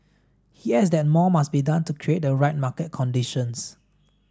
he adds that more must be done to create the right market conditions